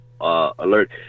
Alert